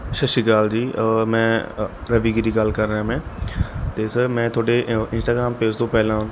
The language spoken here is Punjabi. ਸਤਿ ਸ਼੍ਰੀ ਅਕਾਲ ਜੀ ਮੈਂ ਰਵੀ ਗਿਰੀ ਗੱਲ ਕਰ ਰਿਹਾਂ ਮੈਂ ਅਤੇ ਸਰ ਮੈਂ ਤੁਹਾਡੇ ਇੰਨਸਟਾਗ੍ਰਾਮ ਪੇਜ਼ ਤੋਂ ਪਹਿਲਾਂ